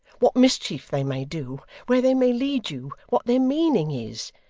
what mischief they may do, where they may lead you, what their meaning is.